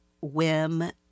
whim